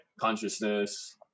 consciousness